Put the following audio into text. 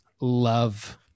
love